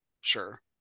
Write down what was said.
Sure